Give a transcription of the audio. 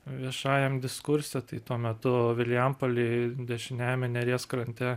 viešajam diskurse tai tuo metu vilijampolėj dešiniajame neries krante